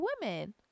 women